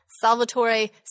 Salvatore